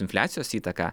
infliacijos įtaką